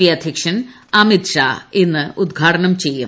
P അദ്ധ്യക്ഷൻ അമിത് ഷാ ഇന്ന് ഉദ്ഘാടനം ചെയ്യും